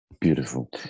Beautiful